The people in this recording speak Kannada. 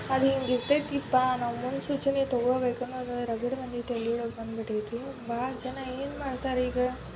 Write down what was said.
ಅದು ಹಿಂಗೆ ಇರ್ತೈತಿಪ್ಪ ನಾವು ಮುನ್ಸೂಚನೆ ತೊಗೊಬೇಕನ್ನೋದು ರಗಡ್ ಮಂದಿ ತಲೆ ಒಳಗೆ ಬಂದುಬಿಟ್ಟೈತಿ ಭಾಳ ಜನ ಏನು ಮಾಡ್ತಾರೆ ಈಗ